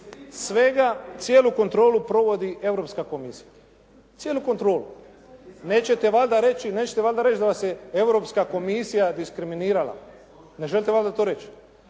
da cijelu kontrolu svega provodi Europska komisija. Cijelu kontrolu. Nećete valjda reći da vas je Europska komisija diskriminirala. Ne želite valjda to reći.